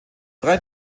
drei